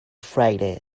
friday